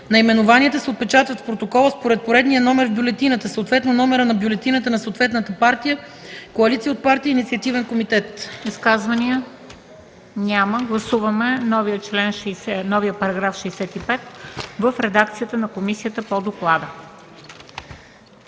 Наименованията се отпечатват в протокола според поредния номер в бюлетината, съответно номера на бюлетината на съответната партия, коалиция от партии или инициативен комитет”.” ПРЕДСЕДАТЕЛ МЕНДА СТОЯНОВА: Изказвания? Няма. Гласуваме новия § 65 в редакцията на комисията по доклада.